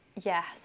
yes